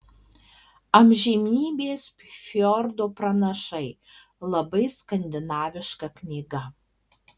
amžinybės fjordo pranašai labai skandinaviška knyga